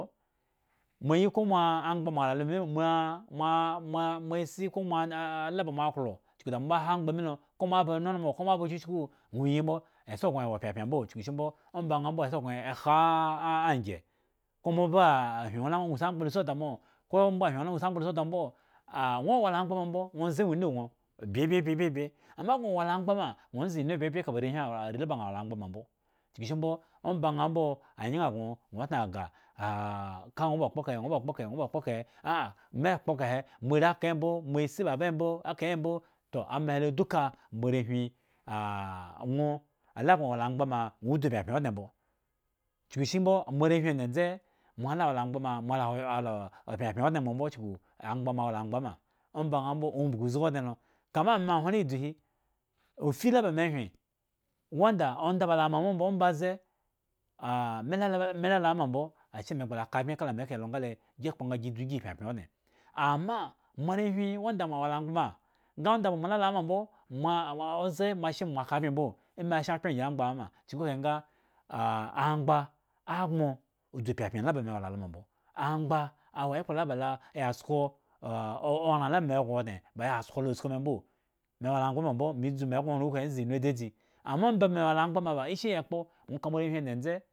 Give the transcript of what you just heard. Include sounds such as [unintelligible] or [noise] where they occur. Mo ayi moa amgba mo awo lola me moamo moa moasi ko moane moala ba mo aklo chuku da ba ha amgba milo ko moaba nonomo ko moa ba chuchku ŋwo yimbo esson gŋo wo pyapyan mbo chukushimbo omba ŋha mbo eson gŋo kha aha angye ko moa ba hyen ŋwo la ŋwo si amgbalo si oda mo komo aba ba hyen ŋwo laŋwo si amgba lo si oda mo mbo ŋwo wola loma mbo ŋwo nze ŋwo inu gŋo byebyebye ama ŋwo wola amgba ma ŋwo nze inu byebye kaba areba wola amgba ma mbo chuku shimbo ombaŋhambo anyeŋha gŋo atna agah [hesitation] ka ŋwo ba kpo kahe, ŋwo ba kpo kahe, ŋwo ba kpo kahe, aa me kpo kahe moare aka embo moasi ba nba embo ekahe embo toh ama helo duka moarehwin [hesitation] ŋwo ala gŋo wola angba ma ŋwo dzu pyapyan odŋe mbo chukushimbo amoarehwin dzendze moala wo la amgba ma moala a [unintelligible] wola pyapyan odŋe mo mbo chuku amgba, moawo la amgba ma omba ŋha mbo umbugu zgi odŋe lo kama ame ahwon la idzu hi ufila ba me hyen wanda onda ba lo woma mbo ombaze ah melula wome lu lawoma mbo asheme ba la kabmye. kala me ekahe lo nga le gi kpo nga gi dzu gi pyanpyan odŋe ama moarehwin wanda mo awo la amgba ma nga onda ba mo la lo awo ma mbo moa moa oze moashe mo akabme mbo ami shen akpro angyi amgba awo ma chuku kahe nga ah amgba agboŋ udzu pyapyan la ba mewo la loma mbo amgba awo ekpla la ba lo ya sko oran la ba megŋo odŋe baŋ ya sko lo asku me mbo me wo la amgba ma mbo me dzu me nze inu dzadzi ama omba me wo la amgba ma ba ishi ya ekpo ŋwo ka moare dzendze toh.